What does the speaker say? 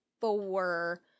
four